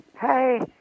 hey